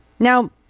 Now